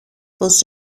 πως